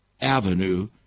avenue